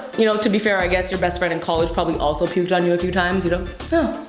you know, to be fair, i guess your best friend in college probably also puked on you a few times, you know? huh,